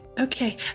Okay